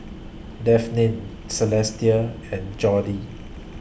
Devyn Celestia and Jordy